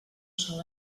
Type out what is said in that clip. sol